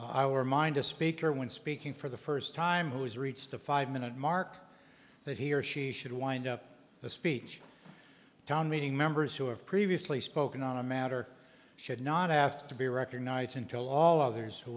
amendments our mind a speaker when speaking for the first time has reached the five minute mark that he or she should wind up the speech town meeting members who have previously spoken on a matter should not have to be record night until all others